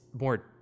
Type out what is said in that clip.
more